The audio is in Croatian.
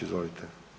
Izvolite.